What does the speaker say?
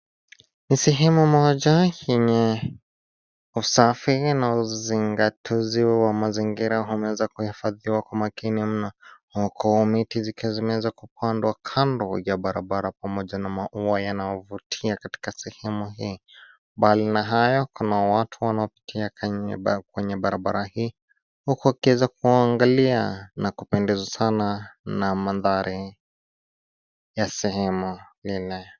Ni sehemu moja yenye usafi na uzingatuzi wa mazingira yameweza kuifadhiwa kwa makini mno, huku miti zikiwa zimeweza kupandwa kando ya barabara pamoja na maua yananyovutia katika sehemu hii. Mbali na hayo, kuna watu wanaopitia kwenye barabra hii, huku wakiweza kuangalia na kupendezwa sana na mandhari ya sehemu ile.